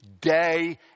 day